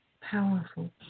powerful